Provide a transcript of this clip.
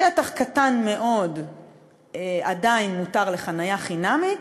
שטח קטן מאוד עדיין מותר לחניה חינמית,